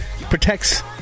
protects